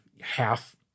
half